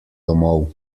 domov